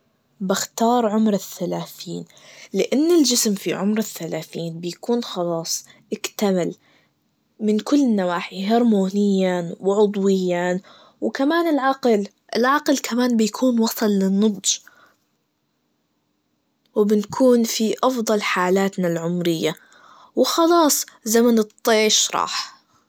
بختار عمر الثلاثين, لأن الجسم في عمر الثلاثين بيكون خلاص إكتمل, من كل النواحي, هرمونياً, وعضوياً, وكمان العقل, العقل كمان بيكون وصل للنضج, وبنكون في أفضل حالاتنا العمرية, وخلاص زمن الطيش راح.